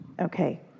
Okay